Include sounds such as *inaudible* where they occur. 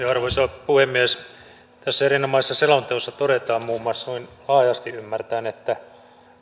*unintelligible* arvoisa puhemies tässä erinomaisessa selonteossa todetaan muun muassa noin laajasti ymmärtäen että